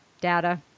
data